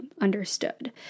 understood